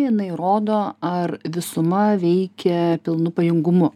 jinai rodo ar visuma veikia pilnu pajėgumu